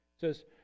says